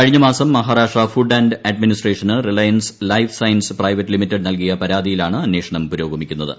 കഴിഞ്ഞ മാസം Maharashtra food and അഡ്മിനിസ്ട്രേഷന് Reliance life science private limited നൽകിയ പരാതിയിലാണ് അന്വേഷണം പുരോഗമിക്കുന്നത